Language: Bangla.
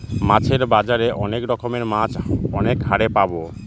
মাছের বাজারে অনেক রকমের মাছ অনেক হারে পাবো